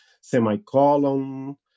semicolon